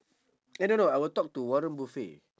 eh no no I will talk to warren buffett